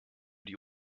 die